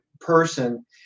person